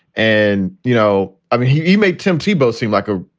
and, you know, i mean, he made tim tebow seem like a,